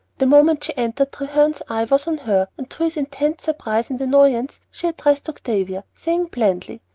the moment she entered treherne's eye was on her, and to his intense surprise and annoyance she addressed octavia, saying blandly,